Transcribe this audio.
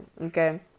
Okay